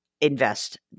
invest